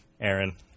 Aaron